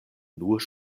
nur